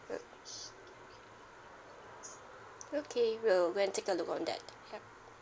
mm okay will go and take a look on that yup